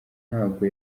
ntabwo